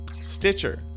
Stitcher